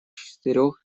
четырех